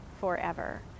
forever